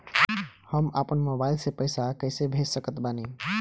हम अपना मोबाइल से पैसा कैसे भेज सकत बानी?